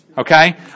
Okay